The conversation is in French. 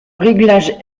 réglage